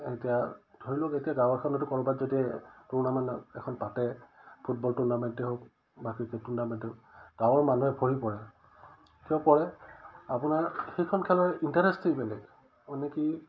এতিয়া ধৰি লওক এতিয়া গাঁৱ এখনতো ক'ৰবাত যদি টুৰ্ণামেণ্ট এখন পাতে ফুটবল টুৰ্ণামেণ্টেই হওক বা ক্ৰিকেট টুৰ্ণামেণ্টে হওক গাঁৱৰ মানুহে ভৰি পৰে কিয় পৰে আপোনাৰ সেইখন খেলৰ ইণ্টাৰেষ্টে বেলেগ মানে কি